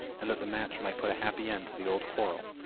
and that the match might put a happy end to the old quarrel.